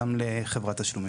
גם לחברת תשלומים.